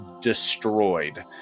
destroyed